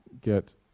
get